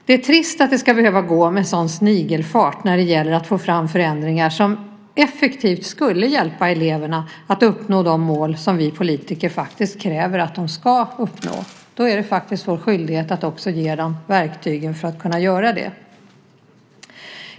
Det är trist att det ska behöva gå med sådan snigelfart när det gäller att få fram förändringar som effektivt skulle hjälpa eleverna att uppnå de mål som vi politiker kräver att de ska uppnå. Då är det faktiskt vår skyldighet att också ge dem verktygen för att kunna göra det.